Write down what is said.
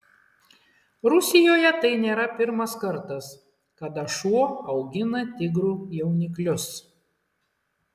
rusijoje tai nėra pirmas kartas kada šuo augina tigrų jauniklius